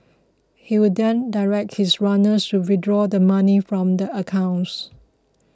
he would then direct his runners to withdraw the money from the accounts